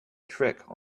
trick